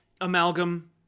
Amalgam